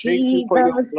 Jesus